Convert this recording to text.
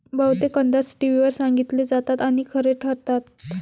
बहुतेक अंदाज टीव्हीवर सांगितले जातात आणि खरे ठरतात